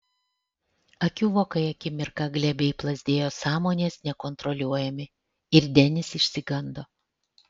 akių vokai akimirką glebiai plazdėjo sąmonės nekontroliuojami ir denis išsigando